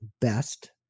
best